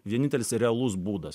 vienintelis ir realus būdas